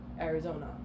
arizona